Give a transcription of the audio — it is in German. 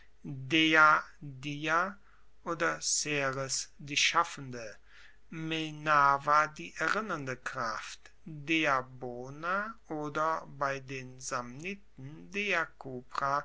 oder ceres die schaffende minerva die erinnernde kraft dea bona oder bei den